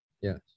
Yes